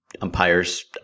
umpires